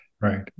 right